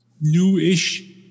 newish